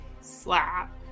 Slap